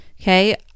Okay